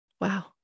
wow